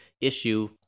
issue